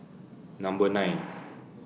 Number nine